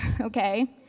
okay